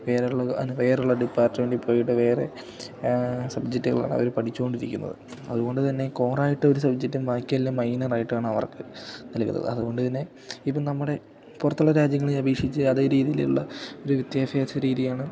വേറെയുള്ള വേറെയുള്ള ഡിപ്പാർട്ട്മെൻ്റിൽ പോയിട്ട് വേറെ സബ്ജക്റ്റുകളാണ് അവര് പഠിച്ചുകൊണ്ടിരിക്കുന്നത് അതുകൊണ്ടു തന്നെ കോറായിട്ടൊരു സബ്ജെക്റ്റും ബാക്കിയെല്ലാം മൈനറായിട്ടാണവർക്ക് നൽകുന്നത് അതുകൊണ്ടുതന്നെ ഇപ്പോള് നമ്മുടെ പുറത്തുള്ള രാജ്യങ്ങളെ അപേക്ഷിച്ച് അതേ രീതിയിലുള്ള ഒരു വിദ്യാഭ്യാസ രീതിയാണ്